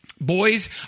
Boys